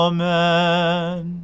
Amen